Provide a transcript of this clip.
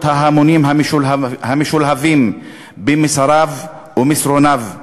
ההמונים המשולהבים במסריו ומסרוניו היצירתיים,